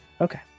Okay